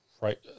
right